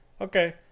Okay